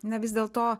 na vis dėlto